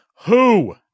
Who